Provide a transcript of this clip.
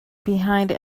behind